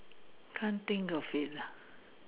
can't think of it lah